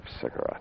cigarettes